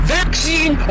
vaccine